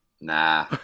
nah